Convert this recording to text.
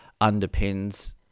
underpins